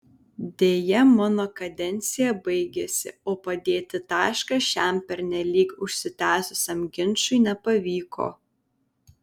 deja mano kadencija baigėsi o padėti tašką šiam pernelyg užsitęsusiam ginčui nepavyko